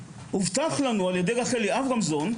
הובטח לנו על ידי רחלי אברמסון,